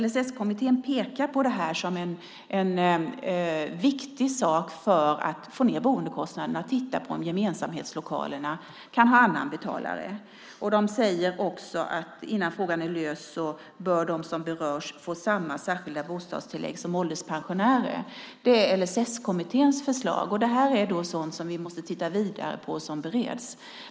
LSS-kommittén pekar på det här som en viktig sak för att få ned boendekostnaderna - att titta på om gemensamhetslokalerna kan ha annan betalare. De säger också att innan frågan är löst bör de som berörs få samma särskilda bostadstillägg som ålderspensionärer. Det är LSS-kommitténs förslag, och det här är sådant som vi måste titta vidare på och som bereds.